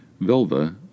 Velva